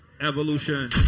Evolution